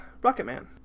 Rocketman